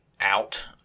out